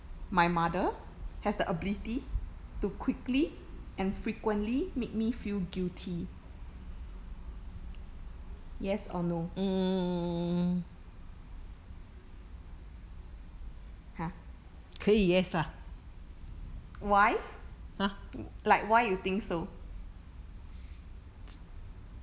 my mother has the ability to quickly and frequently make me feel guilty yes or no !huh! why like why you think so